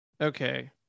Okay